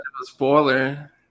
spoiler